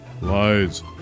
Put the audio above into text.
lies